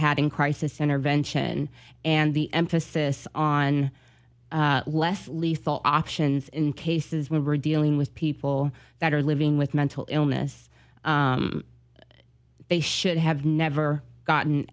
in crisis intervention and the emphasis on less lethal options in cases where we're dealing with people that are living with mental illness they should have never gotten